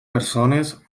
persones